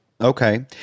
Okay